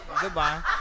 goodbye